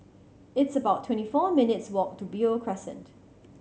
it's about twenty four minutes' walk to Beo Crescent